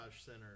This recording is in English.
center